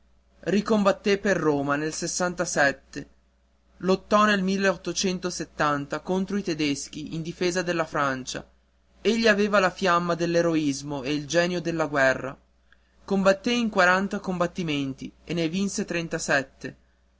ricombatté per roma nel lottò nel contro i tedeschi in difesa della francia egli aveva la fiamma dell'eroismo e il genio della guerra combatté in quaranta combattimenti e ne vinse trentasette